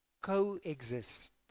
coexist